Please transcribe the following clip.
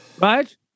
Right